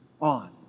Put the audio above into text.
on